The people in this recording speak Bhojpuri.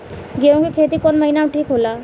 गेहूं के खेती कौन महीना में ठीक होला?